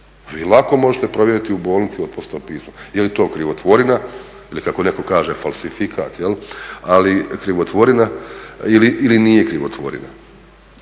Vi lako možete provjeriti u bolnici otpusno pismo, je li to krivotvorina ili kao neko kaže falsifikat ili nije krivotvorina.